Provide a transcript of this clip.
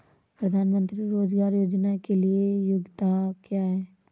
प्रधानमंत्री रोज़गार योजना के लिए योग्यता क्या है?